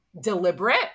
deliberate